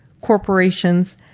corporations